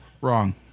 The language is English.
Wrong